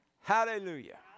Hallelujah